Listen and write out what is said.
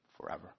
forever